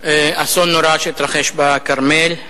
נורא התרחש בכרמל,